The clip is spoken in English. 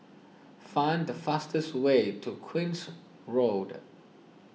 find the fastest way to Queen's Road